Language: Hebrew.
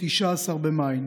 19 במאי,